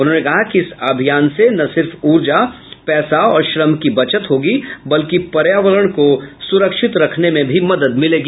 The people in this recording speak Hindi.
उन्होंने कहा कि इस अभियान से न केवल ऊर्जा पैसा और श्रम की बचत होगी बल्कि पर्यावरण को सुरक्षित रखने में भी मदद मिलेगी